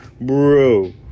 bro